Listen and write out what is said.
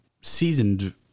seasoned